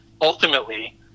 ultimately